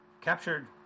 captured